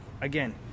Again